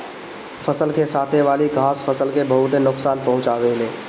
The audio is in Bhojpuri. फसल के साथे वाली घास फसल के बहुत नोकसान पहुंचावे ले